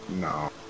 No